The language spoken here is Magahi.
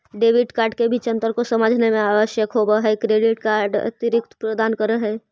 डेबिट कार्ड के बीच अंतर को समझे मे आवश्यक होव है क्रेडिट कार्ड अतिरिक्त प्रदान कर है?